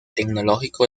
tecnológico